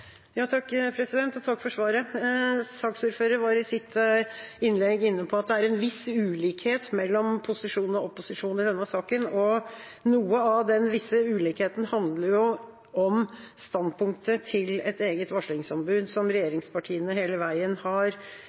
Takk for svaret. Saksordføreren var i sitt innlegg inne på at det er en viss ulikhet mellom posisjon og opposisjon i denne saken, og noe av den visse ulikheten handler om standpunktet til et eget varslingsombud, som regjeringspartiene hele veien har